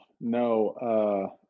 no